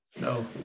no